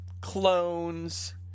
clones